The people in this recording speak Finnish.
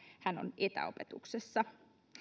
hän on etäopetuksessa